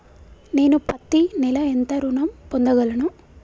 నేను పత్తి నెల ఎంత ఋణం పొందగలను?